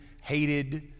hated